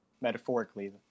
Metaphorically